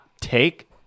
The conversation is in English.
take